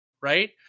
right